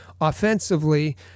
offensively